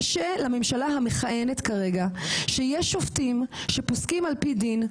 קשה לממשלה המכהנת כרגע שיש שופטים שפוסקים על פי דין,